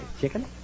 chicken